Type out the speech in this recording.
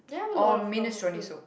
or minestrone soup